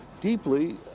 deeply